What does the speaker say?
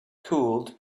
cooled